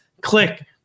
click